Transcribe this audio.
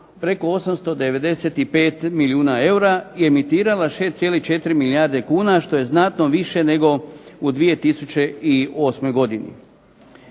preko 895 milijuna eura i imitirala 6,4 milijarde kuna što je znatno više nego u 2008. godini.